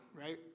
right